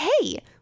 hey